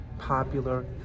popular